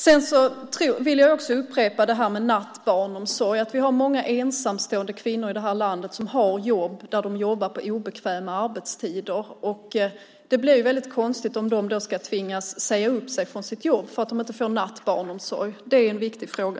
Jag vill också upprepa det här med nattbarnomsorg. Här i landet finns många ensamstående kvinnor som jobbar på obekväma arbetstider. Det blir väldigt konstigt om de ska tvingas säga upp sig från sitt jobb för att de inte får nattbarnomsorg. Det är en viktig fråga.